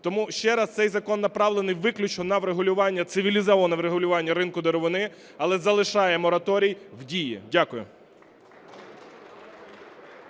Тому ще раз, цей закон направлений виключно на врегулювання, цивілізоване врегулювання ринку деревини, але залишає мораторій в дії. Дякую.